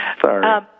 Sorry